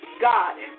God